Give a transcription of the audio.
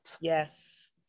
Yes